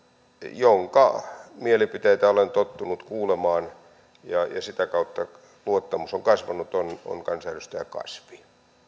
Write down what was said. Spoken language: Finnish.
jonka mielipiteitä olen tottunut kuulemaan ja sitä kautta luottamus on kasvanut on on kansanedustaja kasvi